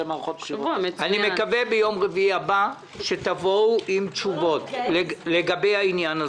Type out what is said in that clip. אני מקווה שביום רביעי הבא תבואו עם תשובות לגבי העניין הזה.